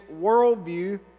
worldview